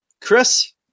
Chris